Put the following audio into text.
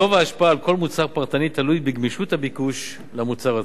גובה ההשפעה על כל מוצר פרטני תלוי בגמישות הביקוש למוצר עצמו.